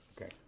Okay